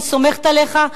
אני סומכת עליך.